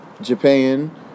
Japan